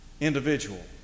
individual